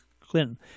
Clinton